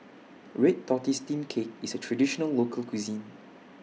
Red Tortoise Steamed Cake IS A Traditional Local Cuisine